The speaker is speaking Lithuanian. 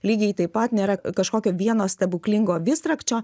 lygiai taip pat nėra kažkokio vieno stebuklingo visrakčio